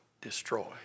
destroy